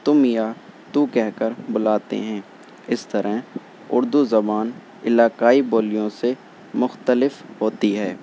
تم یا تو کہہ کر بلاتے ہیں اس طرح اردو زبان علاقائی بولیوں سے مختلف ہوتی ہے